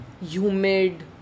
Humid